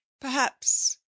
Perhaps